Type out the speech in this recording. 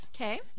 Okay